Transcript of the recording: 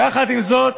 יחד עם זאת,